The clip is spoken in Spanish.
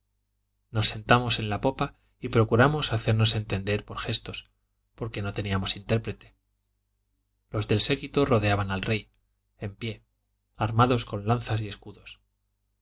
nos sentamos en la popa y procuramos hacernos entender por gfestos porque no teníamos intérprete los del séquito rodeaban al rey en pie armados con lanzas y escudos